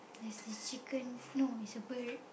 there is chicken no is a bird